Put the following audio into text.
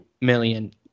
million